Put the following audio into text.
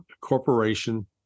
corporation